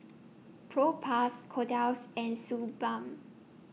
Propass Kordel's and Suu Balm